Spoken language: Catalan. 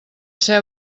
ser